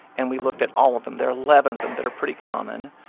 and we looked at all of them. there're eleven of them that are pretty common.